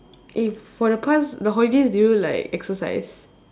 eh for the past the holidays do you like exercise